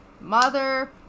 mother